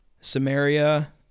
Samaria